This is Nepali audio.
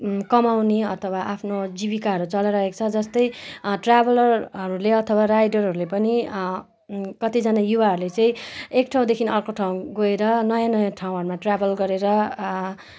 कमाउने अथवा आफ्नो जीविकाहरू चलाइरहेको छ जस्तै ट्र्याभलरहरूले अथवा राइडरहरूले पनि कतिजना युवाहरूले चाहिँ एक ठाउँदेखि अर्को ठाउँ गएर नयाँ नयाँ ठाउँहरूमा ट्र्राभल गरेर